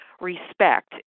respect